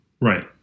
Right